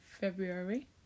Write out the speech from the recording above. February